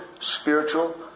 spiritual